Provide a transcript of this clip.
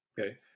Okay